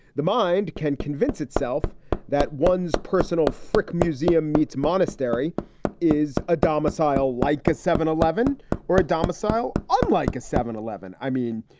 the mind can convince itself that one's personal frick museum meets monastery is a domicile like a seven eleven or a domicile, unlike a seven eleven. i mean,